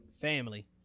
family